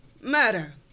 matter